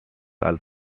also